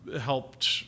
helped